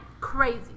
Crazy